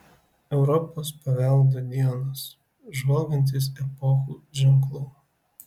europos paveldo dienos žvalgantis epochų ženklų